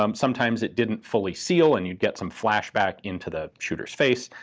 um sometimes it didn't fully seal and you'd get some flash back into the shooter's face.